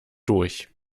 durch